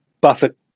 Buffett